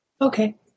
Okay